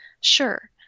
Sure